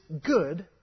good